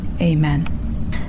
amen